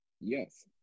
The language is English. Yes